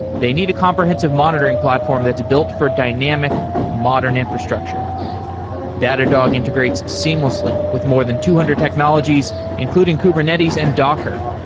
they need a comprehensive monitoring platform that's built for dynamic modern infrastructure datadog integrates seamlessly with more than two hundred technologies including kubernetes and docker,